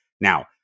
Now